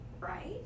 right